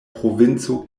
provinco